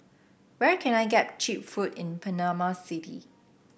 where can I get cheap food in Panama City